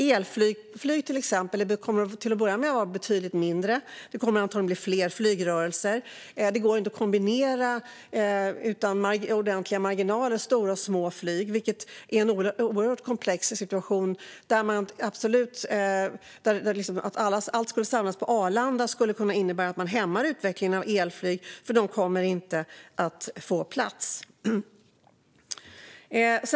Elflyg kommer till att börja med att vara betydligt mindre, och det kommer antagligen att bli fler flygrörelser. Det går inte att kombinera stora och små flyg utan ordentliga marginaler, vilket är en oerhört komplex situation. Att allt samlas på Arlanda skulle kunna innebära att man hämmar utvecklingen av elflyg, för de kommer inte att få plats. Herr talman!